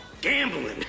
Gambling